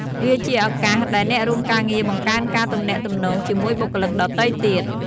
វាជាឱកាសដែលអ្នករួមការងារបង្កើនការទំនាក់ទំនងជាមួយបុគ្គលិកដទៃទៀត។